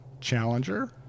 Challenger